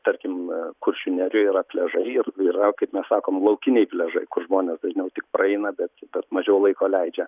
tarkim kuršių nerijoj yra pliažai ir yra kaip mes sakom laukiniai pliažai kur žmonės dažniau tik praeina bet bet mažiau laiko leidžia